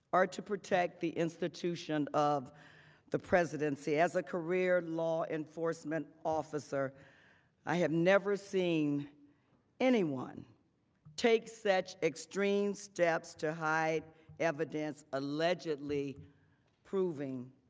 or to protect the institution of the presidency as a career law enforcement officer i have never seen anyone take such extreme steps to hide evidence allegedly proving